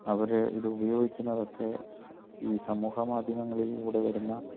അവർ ഇത് ഉപയോഗിക്കുന്നതൊക്കെ ഈ സമൂഹമാധ്യമങ്ങളിലൂടെ വരുന്ന